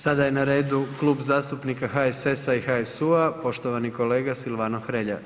Sada je na redu Klub zastupnika HSS-a i HSU-a poštovani kolega Silvano Hrelja.